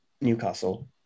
Newcastle